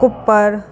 Cooper